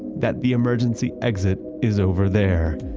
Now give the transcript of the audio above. that the emergency exit is over there.